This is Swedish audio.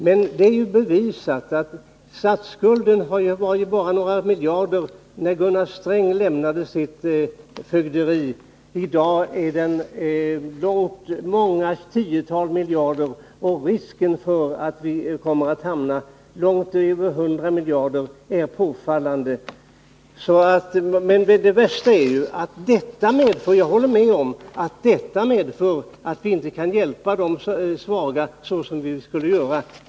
Men det är bevisat att statsskulden bara var några miljarder när Gunnar Sträng lämnade sitt fögderi, och i dag är den många tiotal miljarder. Och risken för att vi kommer att hamna långt över hundra miljarder är påfallande. Det värsta är — det håller jag med om — att detta medför att vi inte kan hjälpa de svaga så som vi skulle behöva göra.